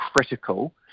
critical